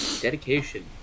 Dedication